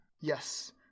Yes